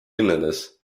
linnades